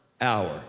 hour